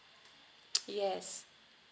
yes